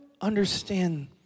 understand